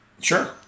Sure